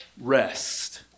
rest